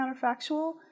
counterfactual